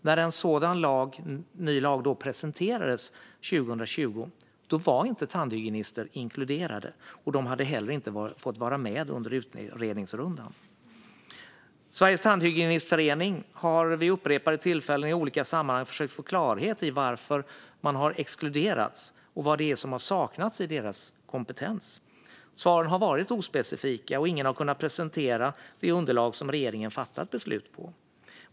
När en sådan ny lag presenterades 2020 var dock inte tandhygienister inkluderade, och de hade heller inte fått vara med under utredningsrundan. Sveriges Tandhygienistförening har vid upprepade tillfällen i olika sammanhang försökt få klarhet i varför man har exkluderats och vad det är som har saknats i deras kompetens. Svaren har varit ospecifika, och ingen har kunnat presentera det underlag som regeringen fattat beslut på.